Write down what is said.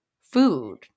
food